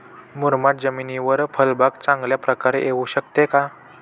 मुरमाड जमिनीवर फळबाग चांगल्या प्रकारे येऊ शकते का?